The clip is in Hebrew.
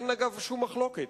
שאין עליו שום מחלוקת,